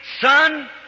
Son